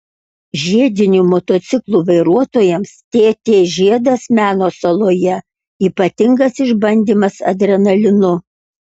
žiedinių motociklų vairuotojams tt žiedas meno saloje ypatingas išbandymas adrenalinu